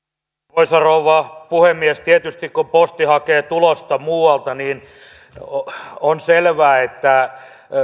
arvoisa rouva puhemies tietysti kun posti hakee tulosta muualta on selvää että